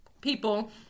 People